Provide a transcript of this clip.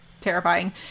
terrifying